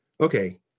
Okay